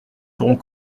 feront